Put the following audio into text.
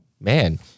man